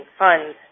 funds